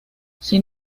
sin